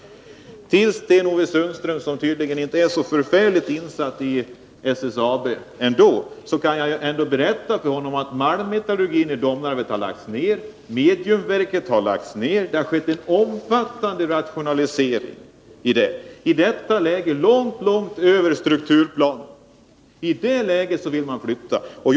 Sten-Ove Sundström är tydligen inte så förfärligt insatt i SSAB. Jag kan berätta för honom att malmmetallurgin i Domnarvet har lagts ned, att mediumverket har lagts ned och att det har skett en omfattande rationalisering, en rationalisering långt över vad som angavs i strukturplanen. I det läget vill man nu flytta arbetstillfällen.